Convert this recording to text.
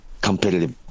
competitive